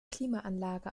klimaanlage